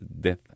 death